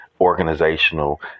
organizational